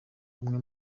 umwe